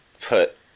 put